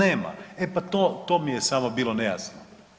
E pa to, to mi je samo bilo nejasno.